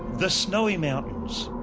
the snowy mountains.